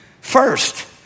first